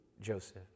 Joseph